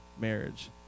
marriage